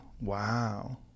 Wow